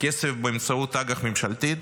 כסף באמצעות אג"ח ממשלתית